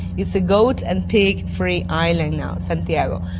it's a goat and pig free island now, santiago.